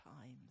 times